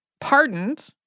pardoned